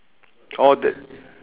or that